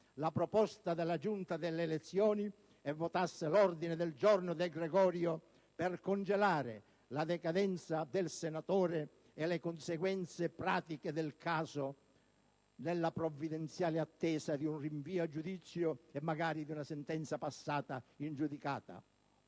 la proposta della Giunta delle elezioni e votasse il cosiddetto ordine del giorno De Gregorio, per congelare la decadenza del senatore e le conseguenze pratiche del caso nella provvidenziale attesa di un rinvio a giudizio e magari di una sentenza passata in giudicato.